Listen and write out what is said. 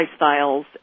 lifestyles